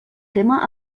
tema